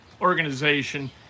organization